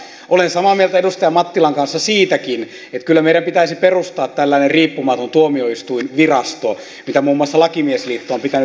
olen samaa mieltä edustaja mattilan kanssa siitäkin että kyllä meidän pitäisi perustaa tällainen riippumaton tuomioistuinvirasto mitä muun muassa lakimiesliitto on pitänyt esillä